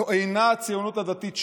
זו אינה הציונות הדתית שלנו,